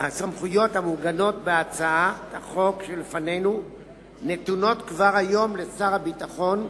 הסמכויות המעוגנות בהצעת החוק שלפנינו נתונות כבר היום לשר הביטחון,